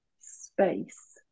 space